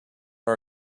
our